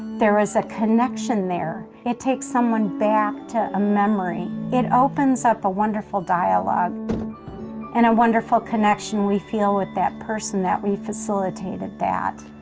there is a connection there. it takes someone back to a memory. it opens up a wonderful dialog and a wonderful connection we feel with that person that we facilitated that.